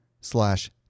slash